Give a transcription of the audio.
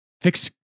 fix